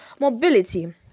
mobility